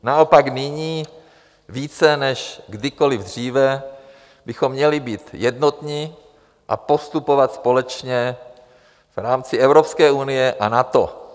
Naopak, nyní více než kdykoliv dříve bychom měli být jednotní a postupovat společně v rámci Evropské unie a NATO.